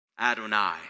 Adonai